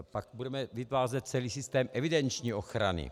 Pak budeme vytvářet celý systém evidenční ochrany.